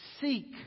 seek